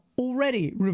already